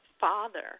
father